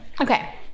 Okay